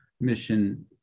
mission